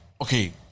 okay